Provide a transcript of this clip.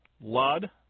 Lud